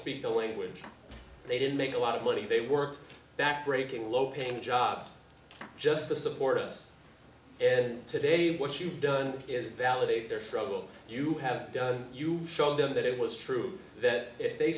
speak the language they didn't make a lot of money they worked backbreaking low paying jobs just to support us today what you've done yes validate their froebel you have done you showed them that it was true that if they